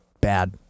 bad